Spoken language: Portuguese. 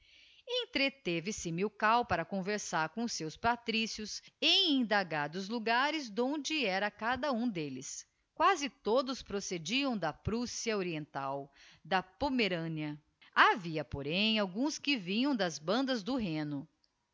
entreteve se milkau para conversar com os seus patricios em indagar dos logares donde era cada um delles quasi todos procediam da prússia oriental da pomerania havia porém alguns que vinham das bandas do rheno